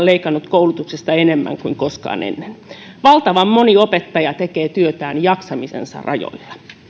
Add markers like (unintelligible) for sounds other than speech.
(unintelligible) leikannut koulutuksesta enemmän kuin koskaan ennen valtavan moni opettaja tekee työtään jaksamisensa rajoilla